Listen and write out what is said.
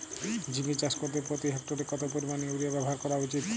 ঝিঙে চাষ করতে প্রতি হেক্টরে কত পরিমান ইউরিয়া ব্যবহার করা উচিৎ?